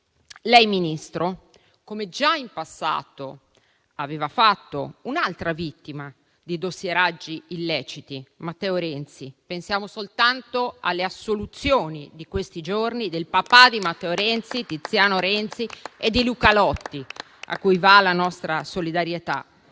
Ministro, come già in passato vi è stata un'altra vittima di dossieraggi illeciti, ovvero Matteo Renzi (pensiamo soltanto alle assoluzioni di questi giorni del papà di Matteo Renzi, Tiziano Renzi, e di Luca Lotti, a cui va la nostra solidarietà,